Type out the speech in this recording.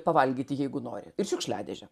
pavalgyti jeigu nori ir šiukšliadėžę